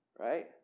right